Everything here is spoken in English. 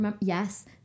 Yes